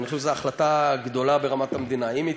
אני חושב שזו החלטה גדולה,